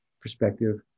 perspective